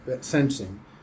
sensing